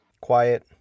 quiet